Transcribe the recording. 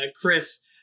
Chris